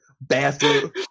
bathroom